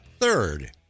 third